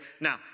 Now